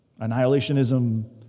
annihilationism